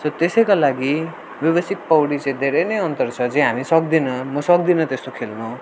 so त्यसैका लागि व्यवसायिक पौडी चाहिँ धेरै नै अन्तर छ जे हामी सक्दैनौँ म सक्दिनँ त्यस्तो खेल्नु